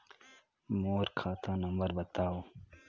मोर खाता नम्बर बताव?